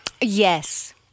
Yes